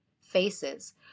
faces